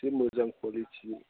इसे मोजां कुवालिटिनि